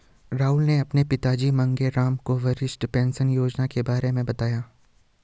राहुल ने अपने पिताजी मांगेराम को वरिष्ठ पेंशन योजना के बारे में बताया